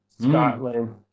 Scotland